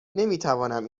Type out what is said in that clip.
نمیتوانم